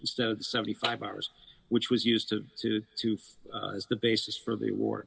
so seventy five hours which was used to to to fly as the basis for the war